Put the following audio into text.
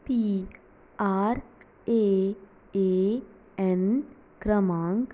P R A A N क्रमांक